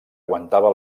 aguantava